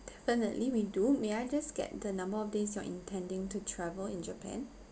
definitely we do may I just get the number of days you're intending to travel in japan